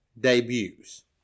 debuts